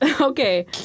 Okay